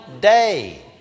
day